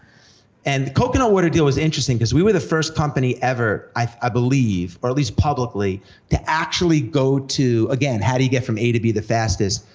and the coconut water deal was interesting, cause we were the first company ever, i believe, or at least publicly to actually go to, again, how do you get from a to b the fastest,